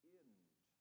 end